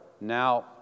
now